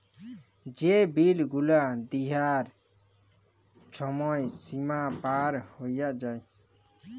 যে বিল গুলা দিয়ার ছময় সীমা পার হঁয়ে যায়